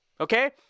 okay